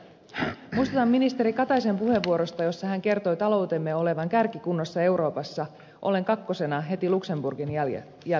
muistutan ministeri kataisen puheenvuorosta jossa hän kertoi taloutemme olevan kärkikunnossa euroopassa ollen kakkosena heti luxemburgin jäljessä